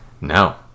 No